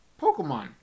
Pokemon